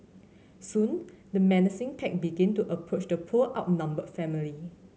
soon the menacing pack began to approach the poor outnumbered family